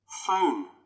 phone